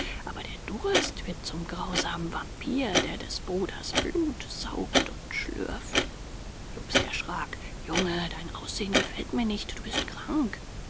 aber der durst wird zum grausamen vampyr der des bruders blut saugt und schlürft jobst erschrak junge dein aussehen gefällt mir nicht du bist krank